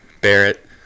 Barrett